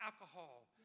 alcohol